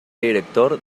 director